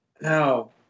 No